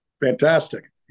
Fantastic